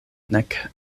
nek